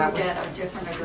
get a different